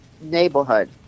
neighborhood